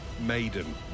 Maiden